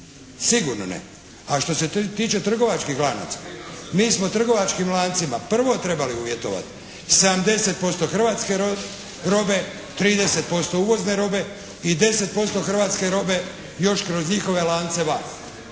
Sigurno ne. A što se tiče trgovačkih lanaca mi smo trgovačkim lancima prvo trebali uvjetovati 70% hrvatske robe, 30% uvozne robe i 10% hrvatske robe još kroz njihove lance van,